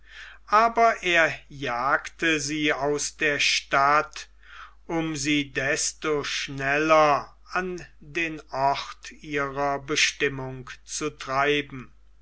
aber er jagte sie aus der stadt um sie desto schneller an den ort ihrer bestimmung zu treiben